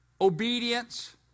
obedience